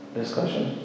discussion